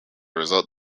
result